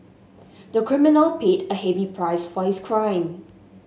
the criminal paid a heavy price for his crime